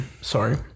sorry